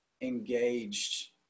engaged